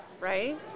right